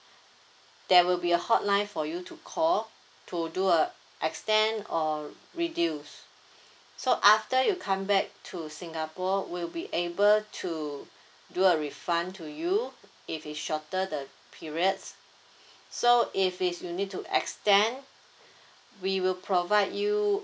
there will be a hotline for you to call to do a extend or reduce so after you come back to singapore we'll be able to do a refund to you if it's shorter the periods so if it's you need to extend we will provide you